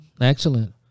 Excellent